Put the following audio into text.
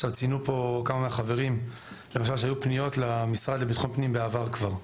ציינו פה כמה מהחברים למשל שהיו פניות למשרד לביטחון פנים בעבר כבר.